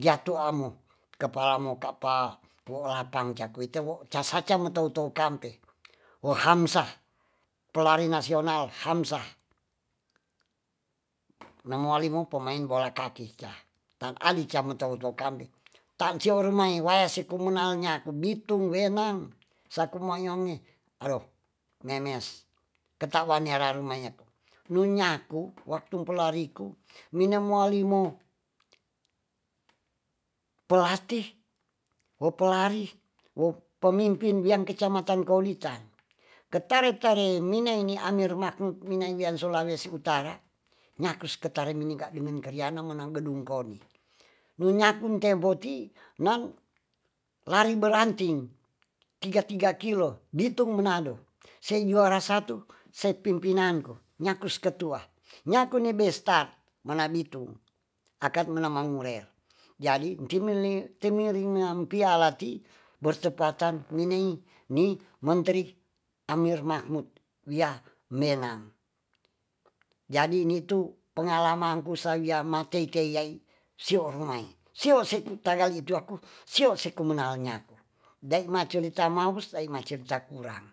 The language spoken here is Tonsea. ya tua mo kepala mo kapa wo lapang cak wite wo ca saca me tou tou kampe wo hamsah pelari nasional hamsa al hamsa na moali mo pemain bola kaki ka tan ali ca me tou tou kambe tan sior mai waya si kumenang nyaku bitung wenang saku ma nyonge alo nenes ketawa nera ruma nyaku nu nyaku waktum pelariku nine moali mo pelatih wo pelari wo pemimpin wiang kecamatan kauditan ketare tare minaingi anger maku minaingi an sulawesi utara nyakus ketae miningkat dengan kariana mena gedung koni nu nyakun tempo ti nan lari belantig tiga tiga kilo bitung menado sei juara satu se pimpinanku nyakus ketua nyaku ni bestat mana bitung akat mena mangurer jadi nti mili nti mili mpiala ti bertepatan mini ni mentri ahmir mahmut wia menam jadi nitu pengalam ku sa wia ma tei tei yai sior mai sior seku tagali duaku sior seku menal nyaku dai maculi tamaus ai ma cirita kurang.